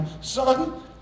son